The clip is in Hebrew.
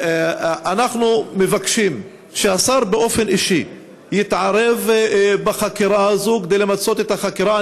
אנחנו מבקשים שהשר באופן אישי יתערב בחקירה הזו כדי למצות את החקירה.